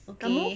okay